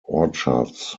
orchards